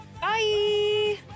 bye